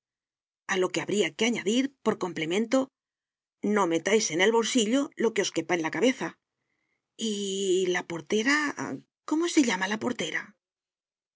a lo que habría que añadir por complemento no metáis en el bolsillo lo que os quepa en la cabeza y la portera cómo se llama la portera